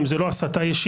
אם זה לא הסתה ישירה,